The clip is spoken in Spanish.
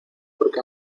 porque